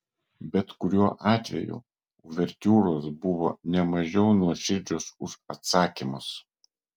bet kuriuo atveju uvertiūros buvo ne mažiau nuoširdžios už atsakymus